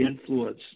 influence